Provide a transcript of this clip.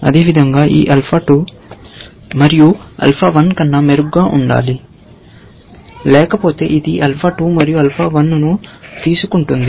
అదేవిధంగా ఇది ఆల్ఫా 2 మరియు ఆల్ఫా 1 కన్నా మెరుగ్గా ఉండాలి లేకపోతే ఇది ఆల్ఫా 2 మరియు ఆల్ఫా 1 ను తీసుకుంటుంది